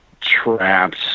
trapped